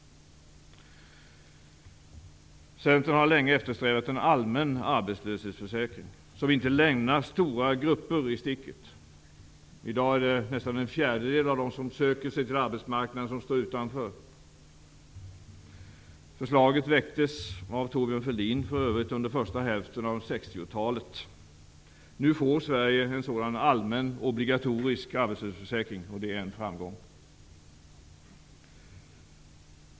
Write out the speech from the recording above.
Centern har länge eftersträvat en allmän arbetslöshetsförsäkring som inte lämnar stora grupper i sticket. I dag står nästan en fjärdedel av dem som söker sig till arbetsmarknaden utanför akassan. Förslaget väcktes för övrigt av Thorbjörn Fälldin under första hälften av 60-talet. Nu får Sverige en sådan allmän obligatorisk arbetslöshetsförsäkring. Det är en framgång.